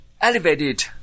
elevated